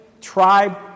tribe